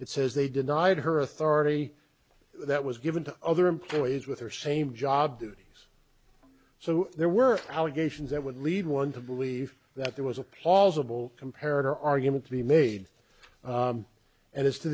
it says they denied her authority that was given to other employees with her same job duties so there were allegations that would lead one to believe that there was a plausible compared our argument to be made and as to